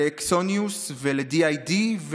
לאקסינוס, ל-D-ID,